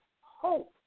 hope